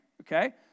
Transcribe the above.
okay